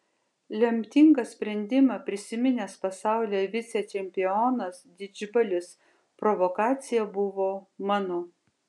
lemtingą sprendimą prisiminęs pasaulio vicečempionas didžbalis provokacija buvo mano